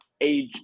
age